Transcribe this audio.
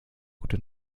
gute